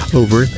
over